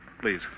Please